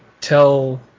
tell